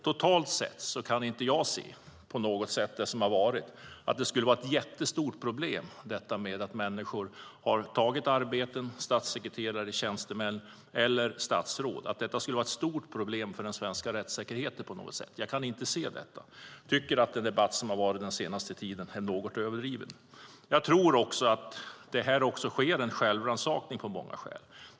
Totalt sett kan jag inte se att det faktum att statsråd, statssekreterare eller tjänstemän har tagit arbeten skulle vara ett stort problem för den svenska rättssäkerheten. Den senaste tidens debatt har varit något överdriven. Jag tror att det sker en självrannsakan.